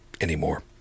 anymore